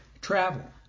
Travel